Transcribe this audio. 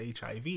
HIV